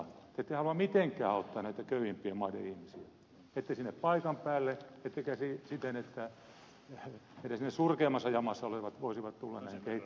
te ette halua mitenkään auttaa näitä köyhimpien maiden ihmisiä ette siellä paikan päällä ettekä siten että edes ne surkeimmassa jamassa olevat voisivat tulla näihin kehittyneisiin maihin